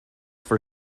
for